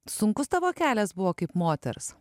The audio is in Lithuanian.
sunkus tavo kelias buvo kaip moters